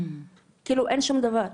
אין שום דבר.